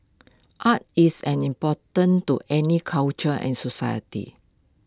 art is an important to any culture and society